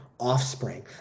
Offspring